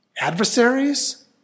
Adversaries